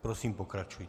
Prosím, pokračujte.